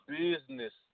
business